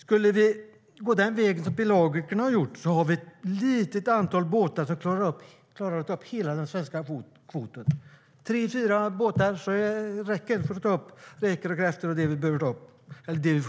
Skulle vi gå den väg pelagikerna har gjort har vi ett litet antal båtar som klarar att ta upp hela den svenska kvoten - tre fyra båtar räcker för att ta upp de räkor och kräftor vi får lov att ta upp.